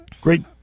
great